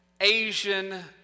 Asian